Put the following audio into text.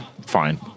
fine